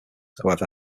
however